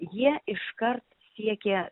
jie iškart siekė